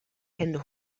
hände